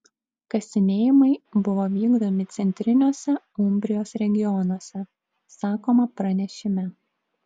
kasinėjimai buvo vykdomi centriniuose umbrijos regionuose sakoma pranešime